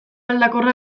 aldakorra